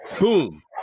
boom